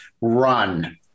run